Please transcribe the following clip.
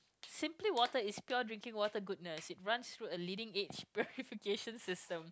simply water is pure drinking water goodness it runs through a leading edge purification system